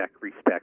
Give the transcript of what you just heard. respects